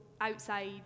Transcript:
outside